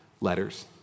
Letters